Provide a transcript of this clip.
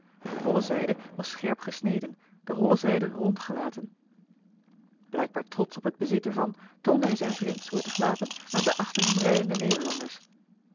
de bolle zijde was scherp gesneden de holle zijde rond gelaten blijkbaar trotsch op het bezit ervan toonde hij zijn vreemdsoortig wapen aan de achter hem rijdende nederlanders